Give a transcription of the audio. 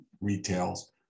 retails